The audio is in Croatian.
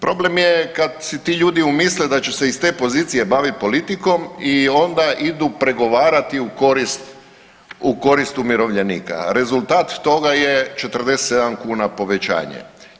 Problem je kad si ti ljudi umisle ta će se iz te pozicije baviti politikom i onda idu pregovarati u korist umirovljenika a rezultat toga je 47 kuna povećanje.